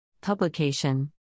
Publication